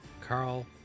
Carl